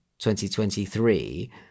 2023